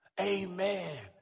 Amen